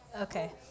Okay